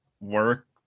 work